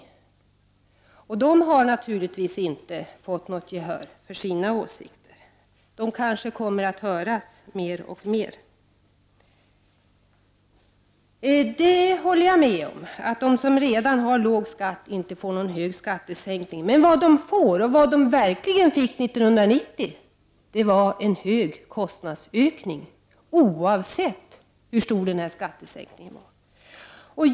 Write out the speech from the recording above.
De kritiska folkpartisterna har naturligtvis inte fått något gehör för sina åsikter, men de kommer kanske att höja sina röster. De som redan har låg skatt får inte någon hög skattesänkning. Däremot får — och fick 1990 — dessa en verkligt hög kostnadsökning, oavsett hur stor skattesänkningen blir.